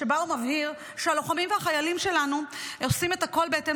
שבה הוא מבהיר שהלוחמים והחיילים שלנו עושים את הכול בהתאם